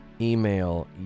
email